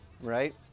right